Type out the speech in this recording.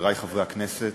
חברי חברי הכנסת,